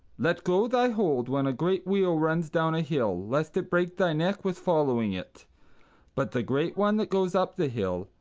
let go thy hold when a great wheel runs down a hill, lest it break thy neck with following it but the great one that goes up the hill,